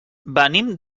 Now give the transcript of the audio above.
venim